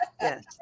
yes